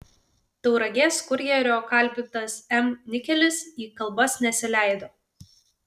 tauragės kurjerio kalbintas m nikelis į kalbas nesileido